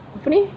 apa ni